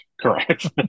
Correct